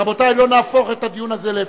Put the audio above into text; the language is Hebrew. רבותי, לא נהפוך את הדיון הזה להפקרות.